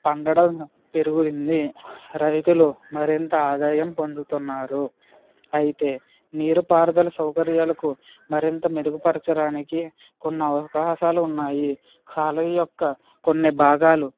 పండడం పెరిగింది రైతులు మరింత ఆదాయం పొందుతున్నారు అయితే నీరు పారుదల సౌకర్యాలకు మరింత మెరుగుపరచడానికి కొన్ని అవకాశాలు ఉన్నాయి కాలువ యొక్క కొన్ని భాగాలు